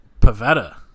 Pavetta